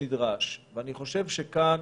ואני חושב שכאן